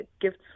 gifts